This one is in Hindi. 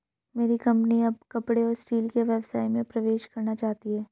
मेरी कंपनी अब कपड़े और स्टील के व्यवसाय में प्रवेश करना चाहती है